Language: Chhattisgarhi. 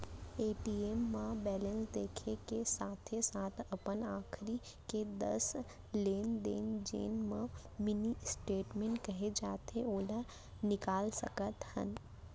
ए.टी.एम म बेलेंस देखे के साथे साथ अपन आखरी के दस लेन देन जेन ल मिनी स्टेटमेंट कहे जाथे ओला निकाल सकत हन